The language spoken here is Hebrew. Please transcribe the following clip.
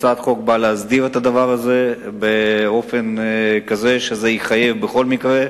הצעת החוק באה להסדיר את הדבר הזה באופן כזה שזה יחייב בכל מקרה.